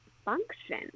Function